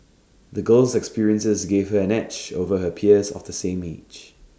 the girl's experiences gave her an edge over her peers of the same age